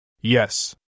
Yes